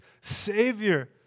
Savior